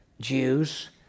Jews